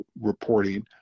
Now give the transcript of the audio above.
reporting